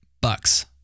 bucks